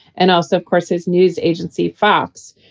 and also, of course, his news agency, fox,